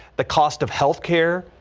the cost of health care,